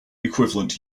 equivalent